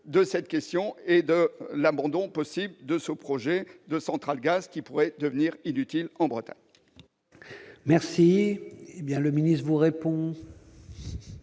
du site à Landivisiau, de l'abandon possible de ce projet de centrale à gaz qui pourrait devenir inutile en Bretagne